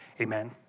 Amen